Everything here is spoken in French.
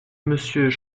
monsieur